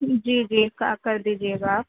جی جی کا کر دیجیے گا آپ